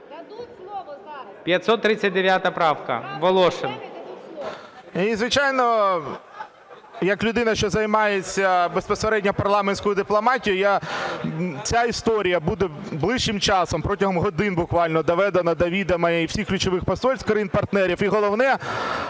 ВОЛОШИН О.А. І, звичайно, як людина, що займається безпосередньо парламентською дипломатією, ця історія буде ближчим часом, протягом годин буквально, доведена до відома і всіх ключових посольств країн-партнерів